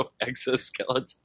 exoskeleton